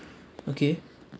okay